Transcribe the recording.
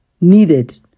needed